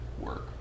work